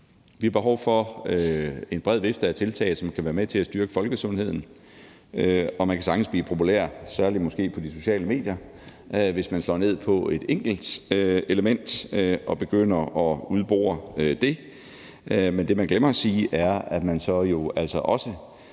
Vi har behov for en bred vifte af tiltag, som skal være med til at styrke folkesundheden, og man kan sagtens blive populær – særlig måske på de sociale medier – hvis man slår ned på et enkelt element og begynder at udbore det. Men det, man glemmer at sige, er, at man jo så altså også